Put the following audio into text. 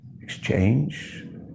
exchange